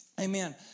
Amen